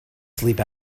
sleep